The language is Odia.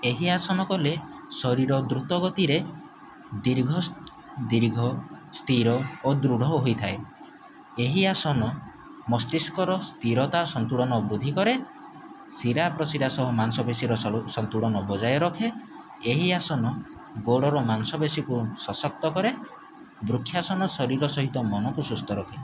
ଏହି ଆସନ କଲେ ଶରୀର ଦ୍ରୁତ ଗତିରେ ଦୀର୍ଘ ସ ଦୀର୍ଘ ସ୍ଥିର ଓ ଦୃଢ଼ ହୋଇଥାଏ ଏହି ଆସନ ମସ୍ତିସ୍କର ସ୍ଥିରତା ସନ୍ତୁଳନ ବୃଦ୍ଧି କରେ ଶିରା ପ୍ରଶିରା ସହ ମାଂସପେଶୀର ସନ୍ତୁଳନ ବଜାଇ ରଖେ ଏହି ଆସନ ଗୋଡ଼ର ମାଂସପେଶୀକୁ ସଶକ୍ତ କରେ ବୃକ୍ଷାସନ ଶରୀର ସହିତ ମନକୁ ସୁସ୍ଥ ରଖେ